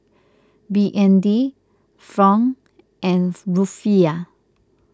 B N D Franc and Rufiyaa